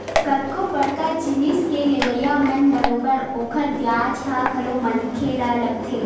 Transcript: कतको बड़का जिनिस के लेवई म बरोबर ओखर बियाज ह घलो मनखे ल लगथे